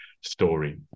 story